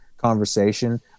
conversation